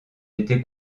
été